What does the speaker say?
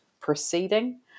proceeding